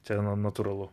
čia natūralu